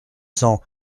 cent